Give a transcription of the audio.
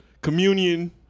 Communion